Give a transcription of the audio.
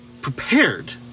prepared